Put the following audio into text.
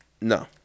No